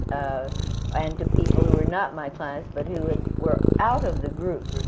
and to people who were not my clients but who had were out of the group,